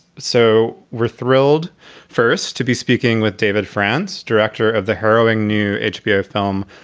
so we're thrilled first to be speaking with david france, director of the harrowing new hbo film.